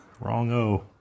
Wrong-o